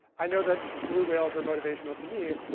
i know that blue whales are motivational to me,